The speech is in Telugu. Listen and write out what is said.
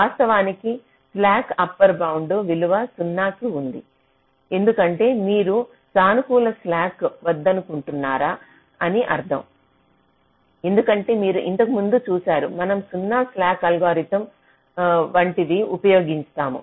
వాస్తవానికి స్లాక్ అప్పర్ బౌండ్ విలువ 0 కి ఉంది ఎందుకంటే మీరు సానుకూల స్లాక్ వద్దనుకుంటున్నారా అని అర్థం ఎందుకంటే మీరు ఇంతకు ముందు చూశారు మనం 0 స్లాక్ అల్గోరిథం వంటివి ఉపయోగిస్తాము